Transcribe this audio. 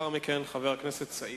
חבר הכנסת חיים